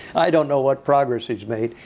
i don't know what progress he's made.